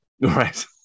Right